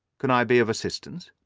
can i be of assistance?